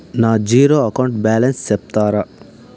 నా zero account balance సెప్తారా?